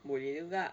boleh juga